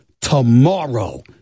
tomorrow